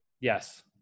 Yes